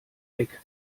weg